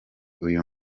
uyu